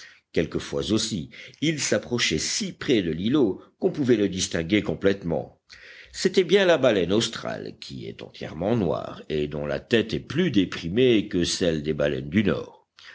quelquefois aussi il s'approchait si près de l'îlot qu'on pouvait le distinguer complètement c'était bien la baleine australe qui est entièrement noire et dont la tête est plus déprimée que celle des baleines du nord